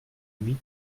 lui